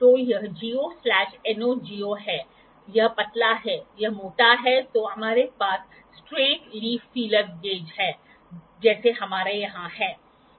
तो यह GO NO GO है यह पतला है यह मोटा है तो हमारे पास स्ट्रेट लीफ फीलर गेज है जैसे हमारे यहाँ है